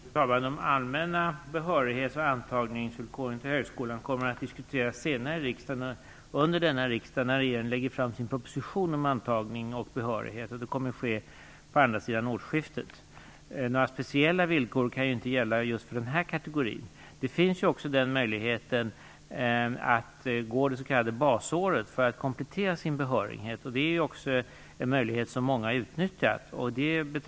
Fru talman! De allmänna behörighets och antagningsvillkoren till högskolan kommer att diskuteras senare under detta riksmöte när regeringen lägger fram sin proposition om antagning och behörighet. Det kommer att ske på andra sidan årsskiftet. Några speciella villkor kan inte gälla just för denna kategori. Det finns möjlighet att gå det s.k. basåret för att komplettera sin behörighet. Det är en möjlighet som många har utnyttjat.